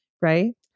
right